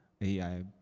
AI